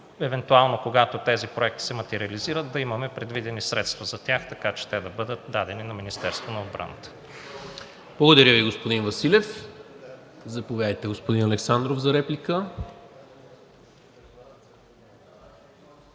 евентуално, когато тези проекти се материализират, да имаме предвидени средства за тях, така че те да бъдат дадени на Министерството на отбраната. ПРЕДСЕДАТЕЛ НИКОЛА МИНЧЕВ: Благодаря Ви, господин Василев. Заповядайте, господин Александров, за реплика.